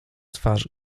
twarz